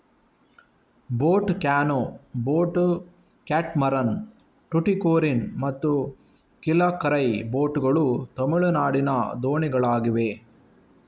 boat canoe, boat catamaran, Tuticorin ಮತ್ತು Kilakarai boat ಗಳು ತಮಿಳುನಾಡಿನ ದೋಣಿಗಳಾಗಿವೆ